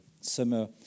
summer